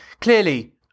clearly